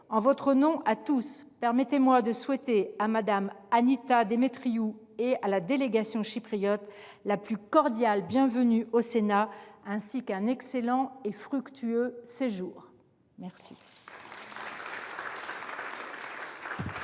en votre nom à tous, permettez moi de souhaiter à Mme Annita Demetriou et à la délégation chypriote la plus cordiale bienvenue au Sénat, ainsi qu’un excellent et fructueux séjour ! Nous reprenons